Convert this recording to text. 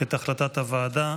את החלטת הוועדה.